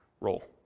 role